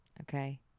Okay